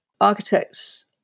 architects